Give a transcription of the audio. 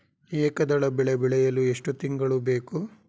ಏಕದಳ ಬೆಳೆ ಬೆಳೆಯಲು ಎಷ್ಟು ತಿಂಗಳು ಬೇಕು?